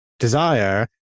desire